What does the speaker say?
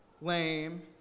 lame